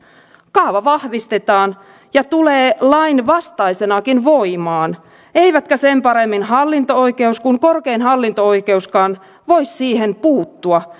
kaava vahvistetaan ja tulee lainvastaisenakin voimaan eivätkä sen paremmin hallinto oikeus kuin korkein hallinto oikeuskaan voi siihen puuttua